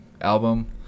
album